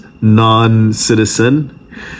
non-citizen